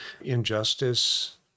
injustice